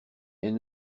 elle